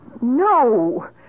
No